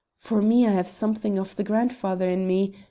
for me i have something of the grandfather in me,